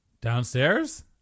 Downstairs